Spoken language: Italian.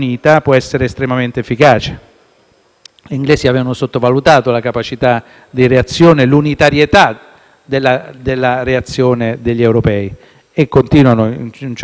Gli inglesi avevano sottovalutato la capacità di reazione e l'unitarietà della reazione degli europei e continuano, in certo modo, ancora a sottovalutata.